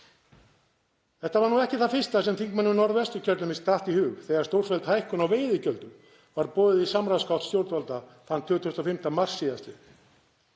Þetta var nú ekki það fyrsta sem þingmönnum Norðvesturkjördæmis datt í hug þegar stórfelld hækkun á veiðigjöldum var boðuð í samráðsgátt stjórnvalda þann 25. mars sl.